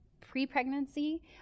pre-pregnancy